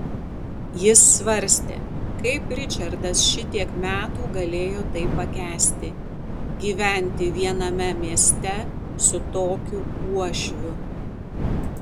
jis svarstė kaip ričardas šitiek metų galėjo tai pakęsti gyventi viename mieste su tokiu uošviu